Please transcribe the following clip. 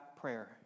prayer